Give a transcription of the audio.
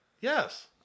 Yes